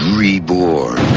reborn